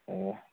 ꯑꯣ